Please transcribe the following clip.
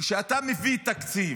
כשאתה מביא תקציב